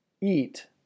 eat